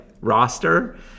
roster